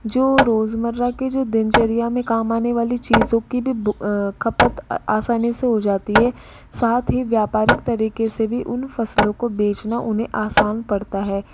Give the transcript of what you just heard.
जो रोज़मर्रा की जो दिनचर्या में काम आने वाली चीज़ों की ब खपत आसानी से हो जाती है साथ ही व्यापारिक तरीके से भी उन फसलों को बेचना उन्हें आसान पड़ता है